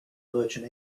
merchant